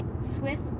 Swift